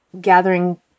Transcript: gathering